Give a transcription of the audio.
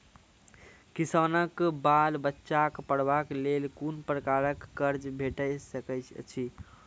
किसानक बाल बच्चाक पढ़वाक लेल कून प्रकारक कर्ज भेट सकैत अछि?